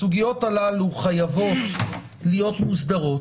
הסוגיות הללו חייבות להיות מוסדרות,